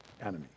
enemy